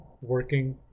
working